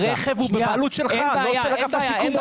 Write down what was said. הרכב הוא בבעלות שלך ולא של אגף השיקום.